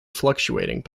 fluctuating